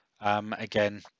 again